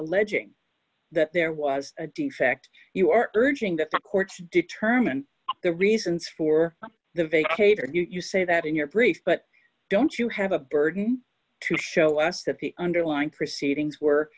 alleging that there was a defect you are urging that the courts determine the reasons for the vacate or you say that in your brief but don't you have a burden to show us that the underlying proceedings were